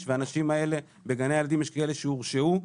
והאנשים האלה בגני הילדים יש כאלו שהורשעו.